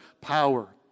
power